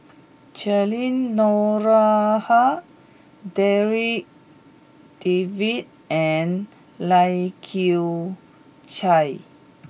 Cheryl Noronha Darryl David and Lai Kew Chai